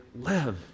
live